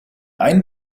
ein